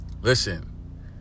Listen